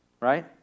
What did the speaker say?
right